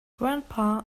grandpa